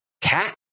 cat